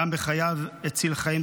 גם בחייו הציל חיים,